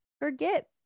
forget